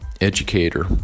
educator